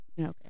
okay